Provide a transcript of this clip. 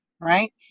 Right